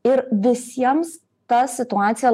ir visiems ta situacija